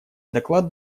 доклад